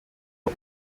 aho